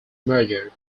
merger